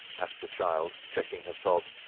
asked the child, checking her sobs,